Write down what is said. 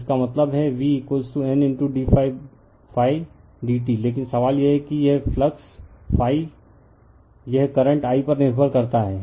तो इसका मतलब है v Nd d t लेकिन सवाल यह है कि यह ∅ फ्लक्स ∅ यह करंट I पर निर्भर करता है